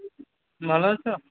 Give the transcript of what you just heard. ভালো আছো